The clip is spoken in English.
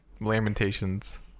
Lamentations